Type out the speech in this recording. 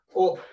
up